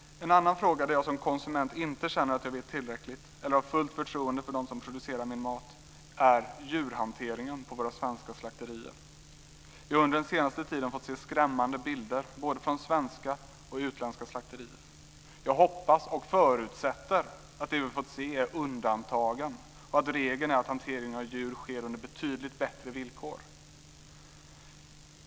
En annan fråga där jag som konsument känner att jag inte vet tillräckligt eller har fullt förtroende för dem som producerar min mat är den om djurhanteringen på svenska slakterier. Vi har under den senaste tiden fått se skrämmande bilder från både svenska och utländska slakterier. Jag hoppas, och förutsätter, att det vi fått se är undantagen och att regeln är att hanteringen av djur sker under betydligt bättre villkor.